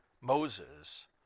Moses